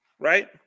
right